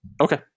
okay